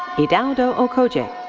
idaudu okojie.